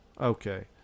Okay